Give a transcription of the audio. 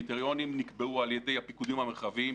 הקריטריונים נקבעו על ידי הפיקודים המרחביים,